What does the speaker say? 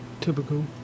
typical